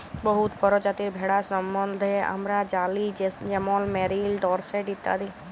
বহুত পরজাতির ভেড়ার সম্বল্ধে আমরা জালি যেমল মেরিল, ডরসেট ইত্যাদি